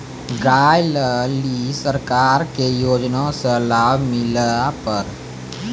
गाय ले ली सरकार के योजना से लाभ मिला पर?